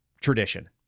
tradition